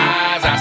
eyes